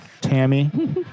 Tammy